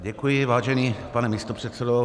Děkuji, vážený pane místopředsedo.